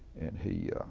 and he